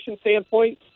standpoint